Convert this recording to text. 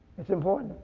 it's important.